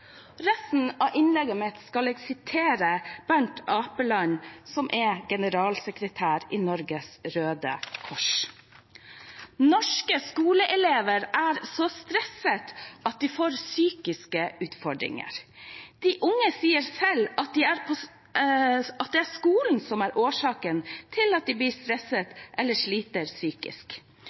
resten av innlegget mitt skal jeg gjengi Bernt Apeland, som er generalsekretær i Norges Røde Kors: Norske skoleelever er så stresset at de får psykiske utfordringer. De unge sier selv at det er skolen som er årsaken til at de blir stresset eller sliter psykisk.